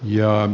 puhemies